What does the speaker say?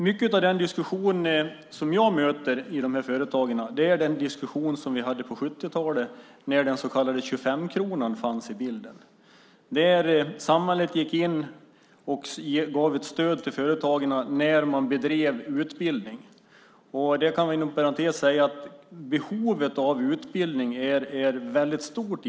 Mycket av den diskussion jag möter i företagen är den diskussion vi hade på 1970-talet när den så kallade 25-kronan fanns i bilden. Då gick samhället in och gav stöd till företagen när man bedrev utbildning. Inom parentes kan vi säga att behovet av utbildning i industrin är väldigt stort.